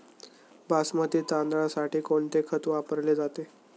बासमती तांदळासाठी कोणते खत वापरले जाते?